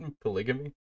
polygamy